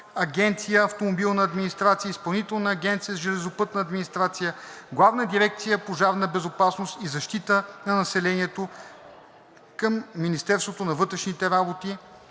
агенция „Автомобилна администрация“ и Изпълнителна агенция „Железопътна администрация“, Главна дирекция „Пожарна безопасност и защита на населението“ към Министерството на вътрешните работи,